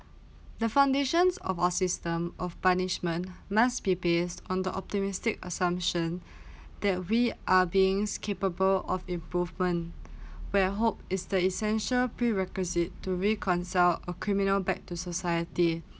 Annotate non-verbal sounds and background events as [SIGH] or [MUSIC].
the foundations of our system of punishment must be based on the optimistic assumption [BREATH] that we are being skippable of improvement [BREATH] where hope is the essential prerequisite to re-consult of criminal back to society